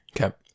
Okay